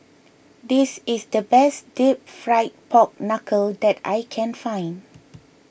this is the best Deep Fried Pork Knuckle that I can find